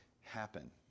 happen